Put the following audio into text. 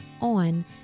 on